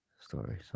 story